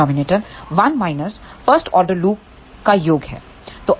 denominator 1 minus first order loop का योग है